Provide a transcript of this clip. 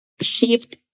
shift